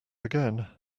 again